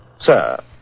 Sir